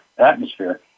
atmosphere